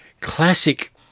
classic